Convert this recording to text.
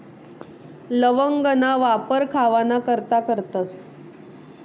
लवंगना वापर खावाना करता करतस